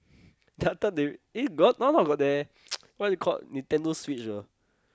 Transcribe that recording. that time they eh got not not got there what they called Nintendo-Switch ah